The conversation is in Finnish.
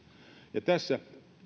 tässä